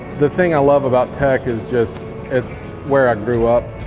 the thing i love about tech is just it's where i grew up,